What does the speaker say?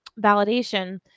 validation